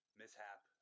mishap